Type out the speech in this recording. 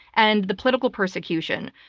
and the political persecution.